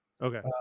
Okay